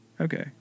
Okay